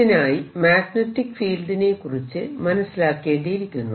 ഇതിനായി magnetic field നെകുറിച്ച് മനസ്സിലാക്കേണ്ടിയിരിക്കുന്നു